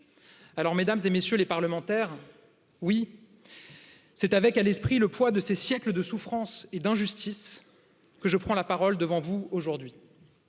Alors Mᵐᵉˢ et MM. les parlementaires? Oui. C'est avec à l'esprit le poids de ces siècles de souffrances et d'injustice que je prends la parole devant vous aujourd'hui,